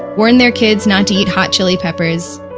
warn their kids not to eat hot chili peppers,